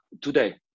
today